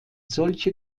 solche